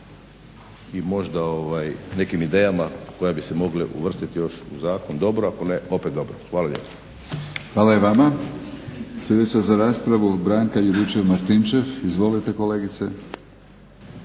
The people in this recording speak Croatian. i možda nekim idejama koje bi se mogle uvrstiti još u zakon dobro, ako ne opet dobro. Hvala lijepa. **Batinić, Milorad (HNS)** Hvala i vama. Sljedeća za raspravu Branka Juričev-Martinčev. Izvolite kolegice.